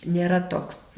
nėra toks